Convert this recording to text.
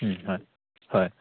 হয় হয়